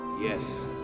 Yes